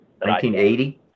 1980